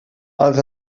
els